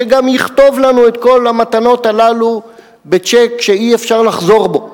שגם יכתוב לנו את כל המתנות הללו בצ'ק שאי-אפשר לחזור בו.